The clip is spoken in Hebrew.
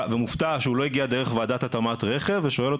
מופתע שהוא לא הגיע דרך ועדת התאמת רכב ואני שואל את